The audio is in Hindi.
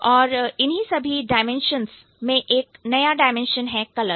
और इन्हीं सभी dimensions डाइमेंशंस आयामों में एक ऐसा डायमेंशन है कलर